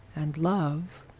and love.